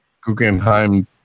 Guggenheim